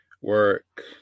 work